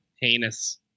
Heinous